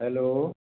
hello